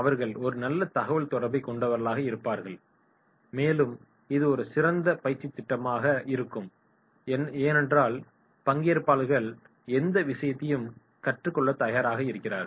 அவர்கள் ஒரு நல்ல தகவல்தொடர்பு கொண்டவர்களாக இருப்பார்கள் மேலும் இது ஒரு சிறந்த பயிற்சித் திட்டமாக இருக்கும் ஏனென்றால் பங்கேற்பாளர்கள் எந்த விஷயத்தையும் கற்றுக்கொள்ளத் தயாராக இருக்கிறார்கள்